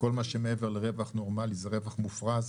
כל מה שמעבר לרווח נורמלי זה רווח מופרז,